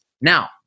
Now